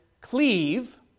Cleave